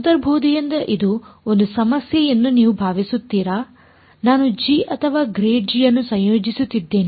ಅಂತರ್ಬೋಧೆಯಿಂದ ಇದು ಒಂದು ಸಮಸ್ಯೆ ಎಂದು ನೀವು ಭಾವಿಸುತ್ತೀರಾ ನಾನು g ಅಥವಾ ∇g ಅನ್ನು ಸಂಯೋಜಿಸುತ್ತಿದ್ದೇನೆ